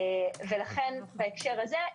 לכן בהקשר הזה,